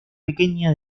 pequeña